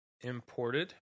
Imported